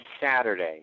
Saturday